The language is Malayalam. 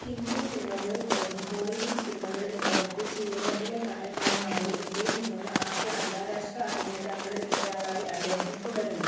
ഹിന്ദി സിനിമകളിൽ തുടങ്ങി ഹോളിവുഡ് സിനിമകളിൽ പ്രവർത്തിച്ച് യൂറോപ്പിലെ താരമായി മാറിയ ഇന്ത്യയിൽ നിന്നുള്ള ആദ്യ അന്താരാഷ്ട്ര അഭിനേതാക്കളിൽ ഒരാളായി അദ്ദേഹം തുടരുന്നു